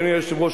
אדוני היושב-ראש,